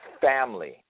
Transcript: Family